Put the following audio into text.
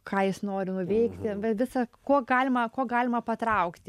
ką jis nori nuveikti visa kuo galima kuo galima patraukti